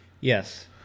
yes